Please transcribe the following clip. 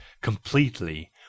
completely